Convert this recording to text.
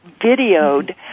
videoed